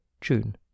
june